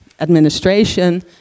administration